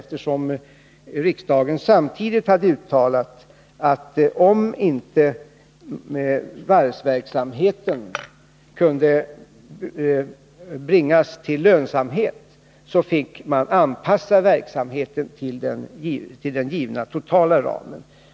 Riksdagen hade ju samtidigt uttalat att om inte varvsverksamheten kunde bringas till lönsamhet, fick man anpassa verksamheten till den givna totala ramen.